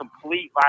complete